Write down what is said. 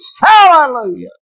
Hallelujah